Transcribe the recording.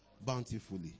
Bountifully